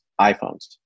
iPhones